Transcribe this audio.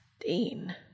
Dean